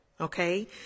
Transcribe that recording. Okay